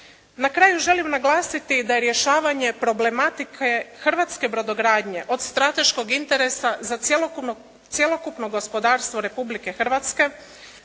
Na kraju želim naglasiti da je rješavanje problematike Hrvatske brodogradnje od strateškog interesa za cjelokupno gospodarstvo Republike Hrvatske